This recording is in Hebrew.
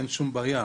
אין שום בעיה,